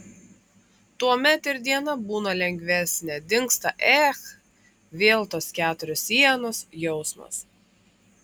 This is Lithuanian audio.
tuomet ir diena būna lengvesnė dingsta ech vėl tos keturios sienos jausmas